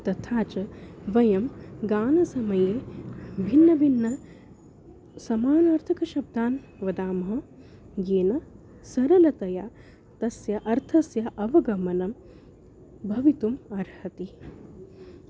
तथा च वयं गानसमये भिन्नभिन्नान् समानार्थकशब्दान् वदामः येन सरलतया तस्य अर्थस्य अवगमनं भवितुम् अर्हति